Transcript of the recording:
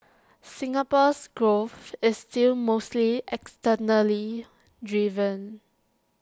Singapore's growth is still mostly externally driven